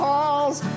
Halls